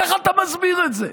איך אתה מסביר את זה?